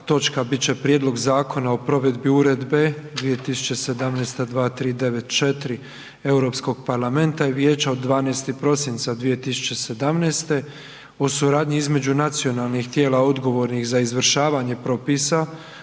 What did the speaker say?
točka bit će Prijedlog zakona o provedbi Uredbe 2017/2394 Europskog parlamenta i Vijeća od 12. prosinca 2017. o suradnji između nacionalnih tijela odgovornih za izvršavanje propisa